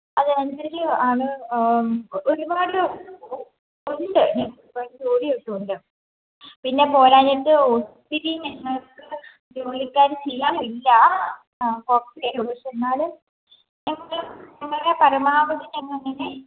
അതനുസരിച്ച് ആണ് ഒരുപാട് ഉണ്ട് ഞങ്ങൾക്ക് ജോലിയൊക്കെ ഉണ്ട് പിന്നെ പോരാഞ്ഞിട്ട് ഒത്തിരി ഞങ്ങൾക്ക് ജോലിക്കാർ ചെയ്യാനില്ല ആ കുറച്ചേയുള്ളു എന്നാലും ഞങ്ങളുടെ പരമാവധി ഞങ്ങൾ